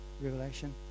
revelation